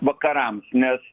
vakarams nes